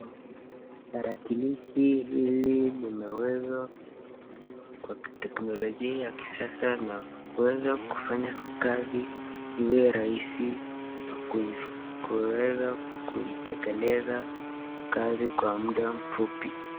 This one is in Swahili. Tarakilishi hili limeweza kuundwa kwa kiteknolojia ya kisasa na kuweza kufanya kazi iwe rahisi na kuweza kuitekeleza kazi kwa mda mfupi.